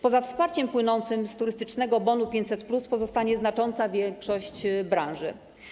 Poza wsparciem płynącym z turystycznego bonu 500+ pozostanie znacząca większość branży.